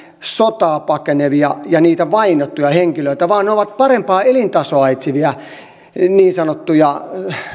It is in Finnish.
sotaa pakenevia ja niitä vainottuja henkilöitä vaan parempaa elintasoa etsiviä niin sanottuja